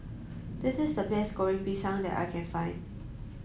this is the best Goreng Pisang that I can find